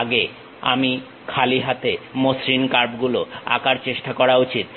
আগে আমাদের খালি হাতে মসৃণ কার্ভ গুলো আঁকার চেষ্টা করা উচিত